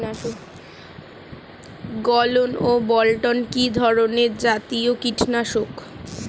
গোলন ও বলটন কি ধরনে জাতীয় কীটনাশক?